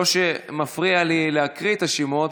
לא שמפריע לי להקריא את השמות,